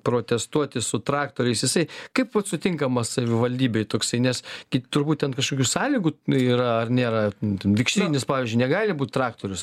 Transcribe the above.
protestuoti su traktoriais jisai kaip vat sutinkamas savivaldybei toksai nes turbūt būtent kažkokių sąlygų yra ar nėra ten vikšrinis pavyzdžiui negali būt traktorius